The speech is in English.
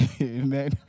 Amen